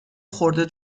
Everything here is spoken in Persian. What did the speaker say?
خورده